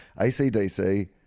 ACDC